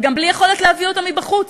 וגם בלי יכולת להביא אותם מבחוץ?